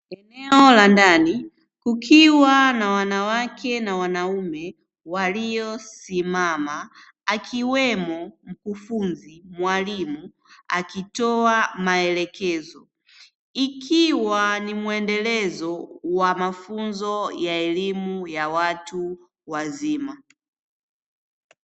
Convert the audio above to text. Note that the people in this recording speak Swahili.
Eneo la ndani kukiwa na wanawake na wanaume waliosimama akiwemo mkufunzi mwalimu akitoa maelekezo, ikiwa ni mwendelezo wa mafunzo ya elimu ya watu wazima.